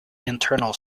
internal